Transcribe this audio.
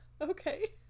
Okay